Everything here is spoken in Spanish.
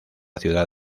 ciudad